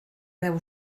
deu